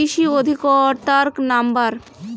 কৃষি অধিকর্তার নাম্বার?